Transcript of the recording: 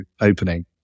opening